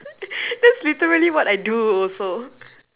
that's literally what I do also